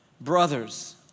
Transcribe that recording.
brothers